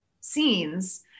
scenes